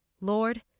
Lord